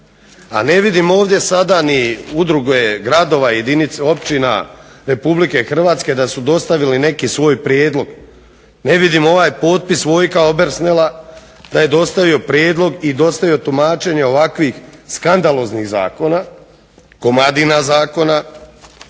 a ne vidim ovdje sada ni udruge gradova, jedinice općina Republike Hrvatske da su dostavili neki svoj prijedlog. Ne vidim ovaj potpis Vojka Obersnela da je dostavio prijedlog i dostavio tumačenje ovakvih skandaloznih zakona, Komadina zakona